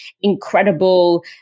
incredible